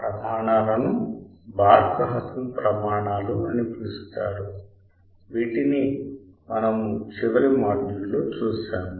ఈ ప్రమాణాలను Barkhausen ప్రమాణాలు అని పిలుస్తారు వీటిని మనము చివరి మాడ్యూల్లో చూశాము